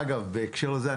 בהקשר הזה,